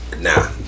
Nah